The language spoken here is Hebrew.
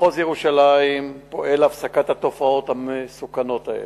מחוז ירושלים פועל להפסקת התופעות המסוכנות האלה.